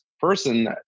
person